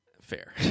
Fair